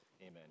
Amen